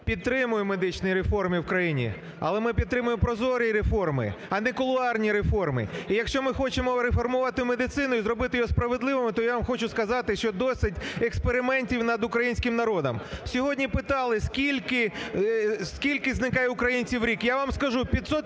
підтримує медичні реформи в країні, але ми підтримуємо прозорі реформи, а не кулуарні реформи. І якщо ми хочемо реформувати медицину і зробити її справедливою, то я вам хочу сказати, що досить експериментів над українським народом. Сьогодні питали, скільки зникає українців в рік. Я вам скажу: 500